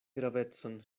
gravecon